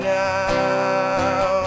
now